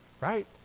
right